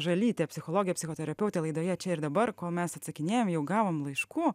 žalytė psichologė psichoterapeutė laidoje čia ir dabar kol mes atsakinėjam jau gavom laiškų